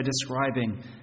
describing